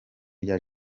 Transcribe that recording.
rya